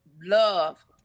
love